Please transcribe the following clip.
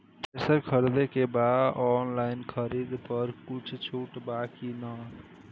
Thresher खरीदे के बा ऑनलाइन खरीद पर कुछ छूट बा कि न?